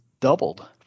doubled